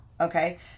Okay